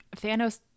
Thanos